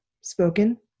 spoken